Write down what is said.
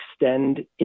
extend